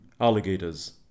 alligators